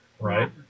right